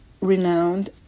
renowned